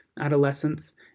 adolescence